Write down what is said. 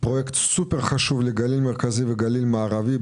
פרויקט סופר חשוב לגליל המרכזי ולגליל המערבי,